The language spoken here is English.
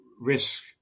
risk